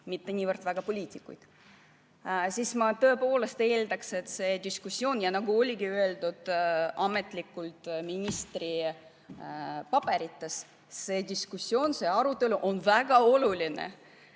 mitte niivõrd poliitikuid. Ma tõepoolest eeldaks, et see diskussioon, nagu oligi öeldud ametlikult ministri paberites, see arutelu on väga oluline.